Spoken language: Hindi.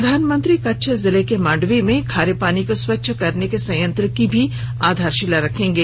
प्रधानमंत्री कच्छ जिले के मांडवी में खारे पानी को स्वच्छ करने के संयंत्र की भी आधारशिला रखेंगे